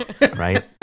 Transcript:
Right